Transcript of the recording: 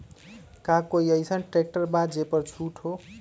का कोइ अईसन ट्रैक्टर बा जे पर छूट हो?